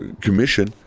Commission